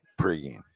pregame